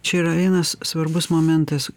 čia yra vienas svarbus momentas